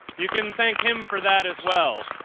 you can thank him for that as well!